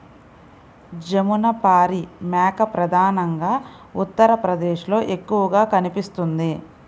జమునపారి మేక ప్రధానంగా ఉత్తరప్రదేశ్లో ఎక్కువగా కనిపిస్తుంది